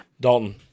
Dalton